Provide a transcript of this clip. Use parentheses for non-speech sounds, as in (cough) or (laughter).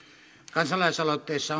kansalaisaloitteessa (unintelligible)